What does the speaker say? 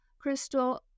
Crystal